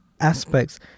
aspects